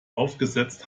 aufgesetzt